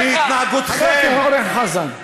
חבר הכנסת אורן חזן.